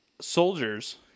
soldiers